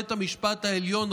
בית המשפט העליון,